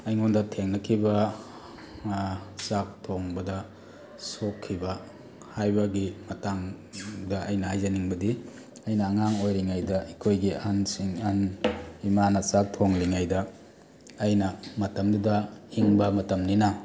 ꯑꯩꯉꯣꯟꯗ ꯊꯦꯡꯅꯈꯤꯕ ꯆꯥꯛ ꯊꯣꯡꯕꯗ ꯁꯣꯛꯈꯤꯕ ꯍꯥꯏꯕꯒꯤ ꯃꯇꯥꯡꯗ ꯑꯩꯅ ꯍꯥꯏꯖꯅꯤꯡꯕꯗꯤ ꯑꯩꯅ ꯑꯉꯥꯡ ꯑꯣꯏꯔꯤꯉꯩꯗ ꯑꯩꯈꯣꯏꯒꯤ ꯑꯍꯟꯁꯤꯡ ꯑꯍꯟ ꯏꯃꯥꯅ ꯆꯥꯛ ꯊꯣꯡꯂꯤꯉꯩꯗ ꯑꯩꯅ ꯃꯇꯝꯗꯨꯗ ꯏꯪꯕ ꯃꯇꯝꯅꯤꯅ